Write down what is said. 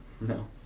No